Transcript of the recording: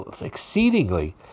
exceedingly